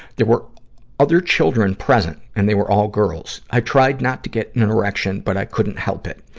there were other children present and they were all girls. i tried not to get an erection, but i couldn't help it.